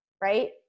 right